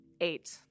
Eight